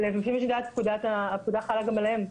לפי מה שאני יודעת הפקודה חלה גם עליהם.